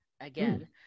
again